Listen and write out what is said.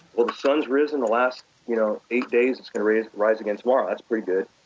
well the sun's risen the last you know eight days. it's going to rise rise again tomorrow. that's pretty good.